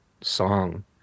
song